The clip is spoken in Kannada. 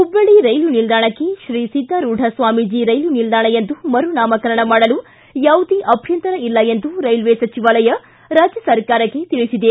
ಹುಬ್ಬಳ್ಳಿ ರೈಲು ನಿಲ್ದಾಣಕ್ಕೆ ಶ್ರೀ ಸಿದ್ದಾರೂಢ ಸ್ವಾಮೀಜಿ ರೈಲು ನಿಲ್ದಾಣ ಎಂದು ಮರುನಾಮಕರಣ ಮಾಡಲು ಯಾವುದೇ ಅಭ್ಯಂತರ ಇಲ್ಲ ಎಂದು ರೈಲ್ವೆ ಸಚಿವಾಲಯ ರಾಜ್ಯ ಸರ್ಕಾರಕ್ಕೆ ತಿಳಿಸಿದೆ